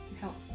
help